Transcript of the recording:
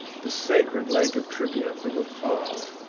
the sacred lake of trivia from afar,